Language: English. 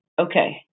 Okay